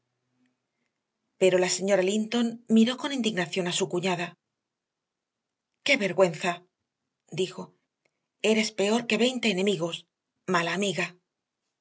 pero la señora linton miró con indignación a su cuñada qué vergüenza dijo eres peor que veinte enemigos mala amiga